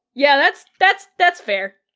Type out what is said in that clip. yeah, that's, that's that's fair.